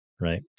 Right